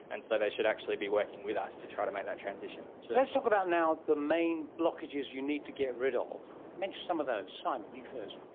and so they should actually be working with us to try to make that transition. so let's talk about now the main blockages you'd need to get rid of. mention some of those. simon, you first.